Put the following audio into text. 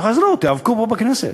תחזרו, תיאבקו פה בכנסת.